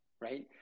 right